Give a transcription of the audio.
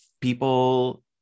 people